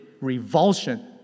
revulsion